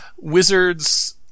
Wizards